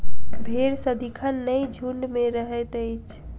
भेंड़ सदिखन नै झुंड मे रहैत अछि